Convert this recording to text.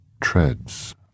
Treads